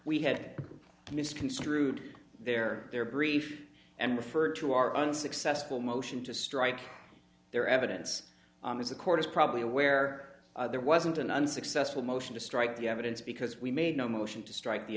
we had misconstrued their their brief and referred to our unsuccessful motion to strike their evidence as the court is probably aware there wasn't an unsuccessful motion to strike the evidence because we made no motion to strike the